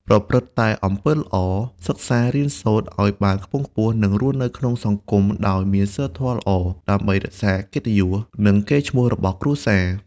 ប្រព្រឹត្តតែអំពើល្អ សិក្សារៀនសូត្រឱ្យបានខ្ពង់ខ្ពស់ និងរស់នៅក្នុងសង្គមដោយមានសីលធម៌ល្អ ដើម្បីរក្សាកិត្តិយស និងកេរ្តិ៍ឈ្មោះរបស់គ្រួសារ។